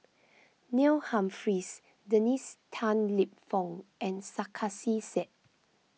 Neil Humphreys Dennis Tan Lip Fong and Sarkasi Said